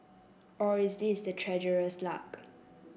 or it is the treasurer's luck